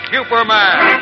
Superman